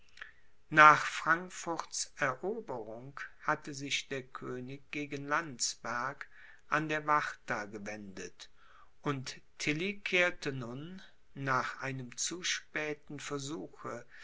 nach frankfurts eroberung hatte sich der könig gegen landsberg an der wartha gewendet und tilly kehrte nun nach einem zu späten versuche